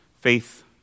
Faith